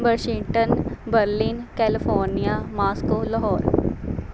Washington Berlin California Moscow Lahore